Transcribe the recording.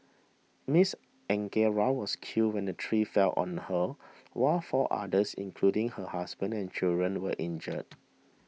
Miss Angara was killed when the tree fell on her while four others including her husband and children were injured